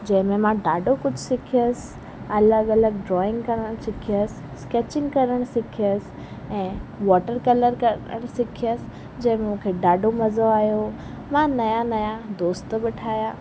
जंहिंमें मां ॾाढो कुझु सिखियसि अलॻि अलॻि ड्रॉइंग करणु सिखियसि स्कैचिंग करणु सिखियसि ऐं वॉटर कलर करणु सिखियसि जंहिंमें मूंखे ॾाढो मज़ो आहियो मां नया नया दोस्त बि ठाहियां